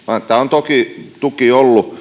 toki ollut tuki